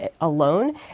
alone